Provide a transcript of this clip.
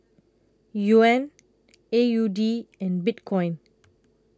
Yuan A U D and Bitcoin